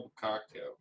Cocktail